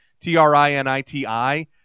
T-R-I-N-I-T-I